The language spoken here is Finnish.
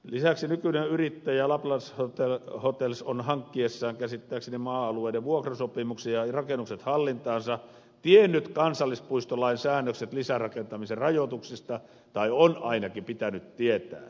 lisäksi nykyinen yrittäjä lapland hotels on käsittääkseni hankkiessaan maa alueiden vuokrasopimukset ja rakennukset hallintaansa tiennyt kansallispuistolain säännökset lisärakentamisen rajoituksista tai on ainakin pitänyt tietää